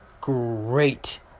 great